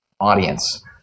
audience